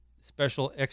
special